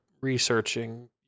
researching